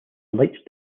light